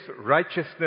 righteousness